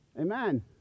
Amen